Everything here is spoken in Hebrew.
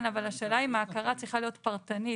השר יוכל באישור הוועדה להתקין תקנות בנוגע לפרמדיקים,